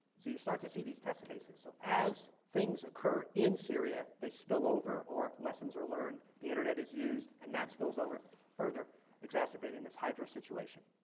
you start to see these test cases. so as things occur in syria they spill over or lessons are learned the internet is used and that spills over further exacerbating this hydra situation.